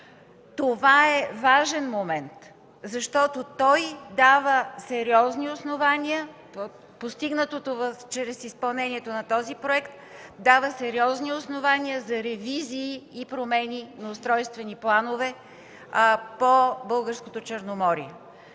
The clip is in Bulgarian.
Това е важен момент, защото постигнатото чрез изпълнението на този проект дава сериозни основания за ревизии и промени на устройствени планове по българското Черноморие.